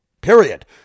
Period